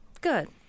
Good